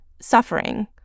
suffering